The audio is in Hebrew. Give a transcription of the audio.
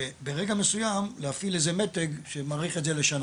וברגע מסוים להפעיל איזה מתג שמאריך את זה לשנה,